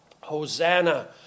Hosanna